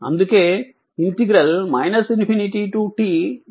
అందుకే ∞t u dt t u అవుతుంది